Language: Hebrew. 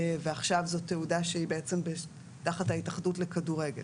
ועכשיו זו תעודה שהיא תחת ההתאחדות לכדורגל.